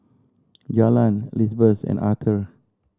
Jalen Lizbeth and Arther